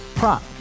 Prop